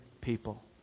people